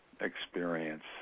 experience